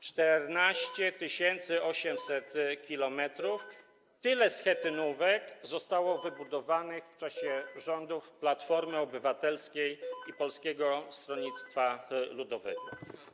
14 800 km - tyle schetynówek zostało wybudowanych w czasie rządów Platformy Obywatelskiej i Polskiego Stronnictwa Ludowego.